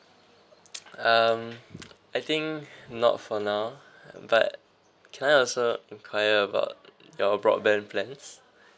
um I think not for now but can I also enquire about your broadband plans